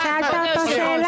אבל שאלת אותו שאלה.